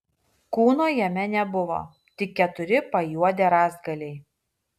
kūno jame nebuvo tik keturi pajuodę rąstgaliai